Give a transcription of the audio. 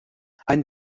ein